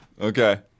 Okay